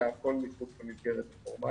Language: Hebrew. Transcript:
אלא הכול מחוץ למסגרת הפורמלית.